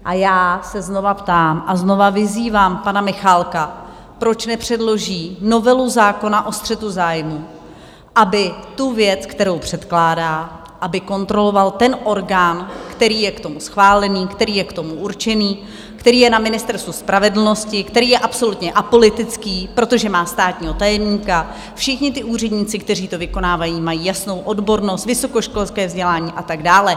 A já se znovu ptám a znovu vyzývám pana Michálka, proč nepředloží novelu zákona o střetu zájmů, aby tu věc, kterou předkládá, aby kontroloval ten orgán, který je k tomu schválený, který je k tomu určený, který je na Ministerstvu spravedlnosti, který je absolutně apolitický, protože má státního tajemníka, všichni ti úředníci, kteří to vykonávají, mají jasnou odbornost, vysokoškolské vzdělání a tak dále.